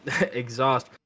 exhaust